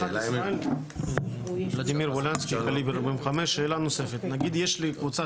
אני מקליבר 0.45. שאלה נוספת: נגיד שיש לי קבוצה